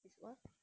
is what